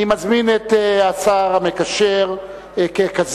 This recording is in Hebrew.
אני מזמין את המקשר ככזה,